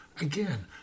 again